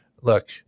look